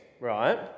right